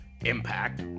Impact